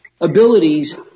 abilities